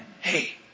Hey